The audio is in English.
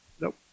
Nope